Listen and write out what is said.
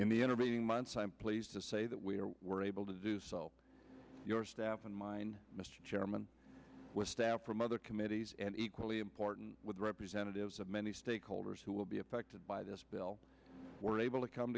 in the intervening months i am pleased to say that we were able to do so your staff and mine mr chairman from other committees and equally important with representatives of many stakeholders who will be affected by this bill were able to come